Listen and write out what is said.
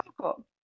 cool